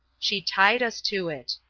she tied us to it.